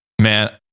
man